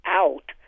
out